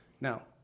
Now